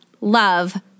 Love